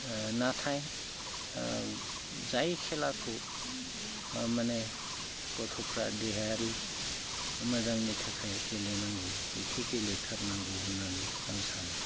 नाथाय जाय खेलाखौ माने गथ'फ्रा देहायारि मोजांनि थाखाय गेलेनांगौ बेखो गेलेथारनांगौ होननानै आं सानो